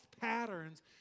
patterns